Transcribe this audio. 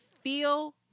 feel